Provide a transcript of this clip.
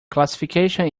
classification